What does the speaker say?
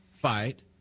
fight